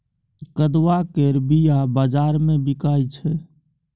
कदुआ केर बीया बजार मे बिकाइ छै